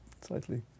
slightly